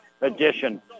edition